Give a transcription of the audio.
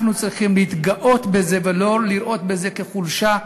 אנחנו צריכים להתגאות בזה ולא לראות בזה חולשה,